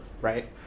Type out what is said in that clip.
right